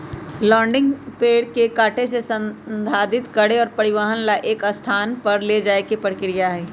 logging पेड़ के काटे से, संसाधित करे और परिवहन ला एक स्थान पर ले जाये के प्रक्रिया हई